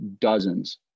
dozens